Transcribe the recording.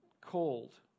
called